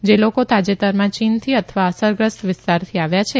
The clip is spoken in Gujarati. જે લોકો તાજેતરમાં ચીનથી અથવા અસરગ્રસ્તવિસ્તારથી આવ્યા છે